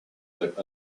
but